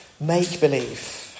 make-believe